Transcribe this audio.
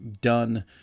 done